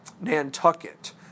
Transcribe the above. Nantucket